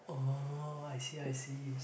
orh I see I see